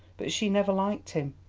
but she never liked him,